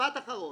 משפט אחרון.